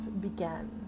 began